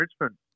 Richmond